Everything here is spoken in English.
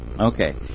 Okay